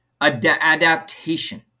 adaptation